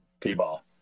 T-ball